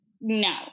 no